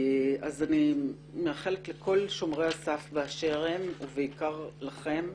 אני מאחלת לכל שומרי הסף באשר הם, ובעיקר לכם,